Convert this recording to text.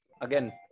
Again